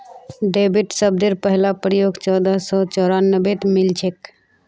debit शब्देर पहला प्रयोग चोदह सौ चौरानवेत मिलछेक